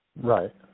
Right